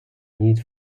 need